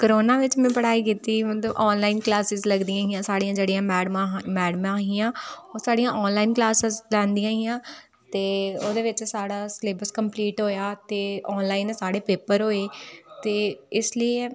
corona बिच में पढ़ाई कीती मतलब ऑनलाइन क्लॉसेज़ लगदियां हियां साढ़ियां जेह्ड़िया मैडमां हियां ओह् साढ़ियां ऑनलाइन क्लॉसेज़ लैंदियां हियां ते ओह्दे बिच साढ़ा सिलेबस कम्पलीट होया ते ऑनलाइन साढ़े पेपर होये ते इस लेई